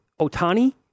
Otani